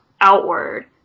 outward